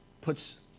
puts